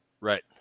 Right